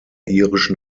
irischen